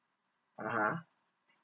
(uh huh)